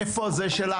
איפה הזה שלך?